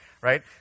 right